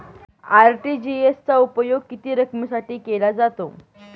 RTGS चा उपयोग किती रकमेसाठी केला जातो?